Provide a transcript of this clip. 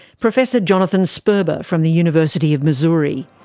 professor jonathan sperber from the university of missouri.